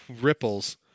ripples